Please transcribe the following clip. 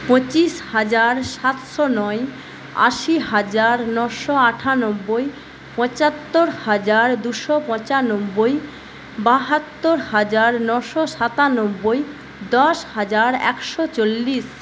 পঁচিশ হাজার সাতশো নয় আশি হাজার নশো আটানব্বই পঁচাত্তর হাজার দুশো পঁচানব্বই বাহাত্তর হাজার নশো সাতানব্বই দশ হাজার একশো চল্লিশ